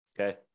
okay